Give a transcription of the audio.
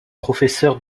professeur